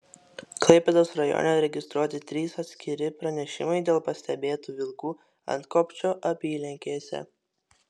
klaipėdos rajone registruoti trys atskiri pranešimai dėl pastebėtų vilkų antkopčio apylinkėse